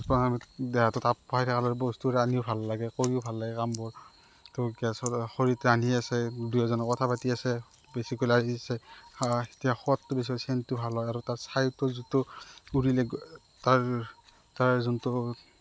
দেহাটো তাপ পাই থাকে আৰু বস্তু ৰান্ধি ভাল লাগে কৰিও ভাল লাগে কামবোৰ ত' গেছত খৰিত ৰান্ধি আছে দুই এজনে কথা পাতি আছে বেছিকৈ লাগিছে আ তেতিয়া সোৱাদটো বেছি হয় চেণ্টটো ভাল হয় আৰু তাৰ তাৰ যোনটো